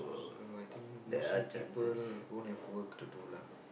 so I think mostly people won't have work to do lah